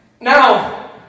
Now